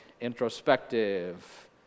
introspective